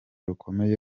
rukomeye